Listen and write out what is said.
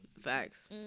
Facts